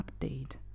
update